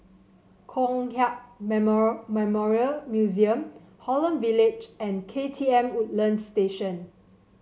Kong Hiap Memorial Museum Holland Village and K T M Woodlands Station